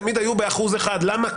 תמיד היו באחוז אחד ולמה?